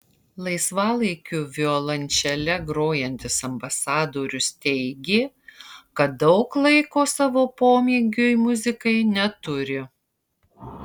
laisvalaikiu violončele grojantis ambasadorius teigė kad daug laiko savo pomėgiui muzikai neturi